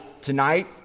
tonight